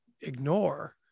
ignore